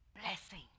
blessing